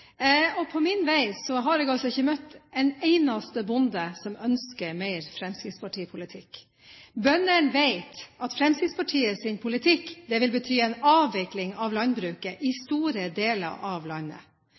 På min vei har jeg ikke møtt en eneste bonde som ønsker mer fremskrittspartipolitikk. Bøndene vet at Fremskrittspartiets politikk vil bety en avvikling av landbruket i store deler av landet.